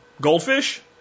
goldfish